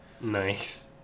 nice